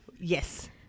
Yes